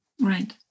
Right